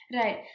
Right